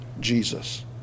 Jesus